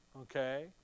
okay